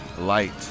Light